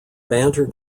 banter